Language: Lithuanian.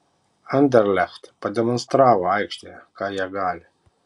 anderlecht pademonstravo aikštėje ką jie gali